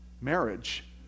marriage